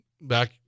Back